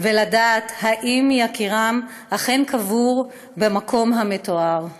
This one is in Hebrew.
ולדעת אם יקירם אכן קבור במקום המתואר.